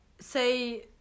say